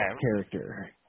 character